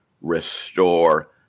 restore